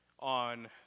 on